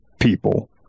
people